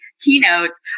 keynotes